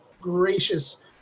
gracious